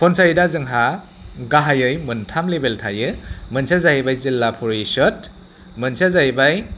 पन्सायतआ जोंहा गाहायै मोनथाम लेभेल थायो मोनसेया जाहैबाय जिल्ला परिसत मोनसेया जाहैबाय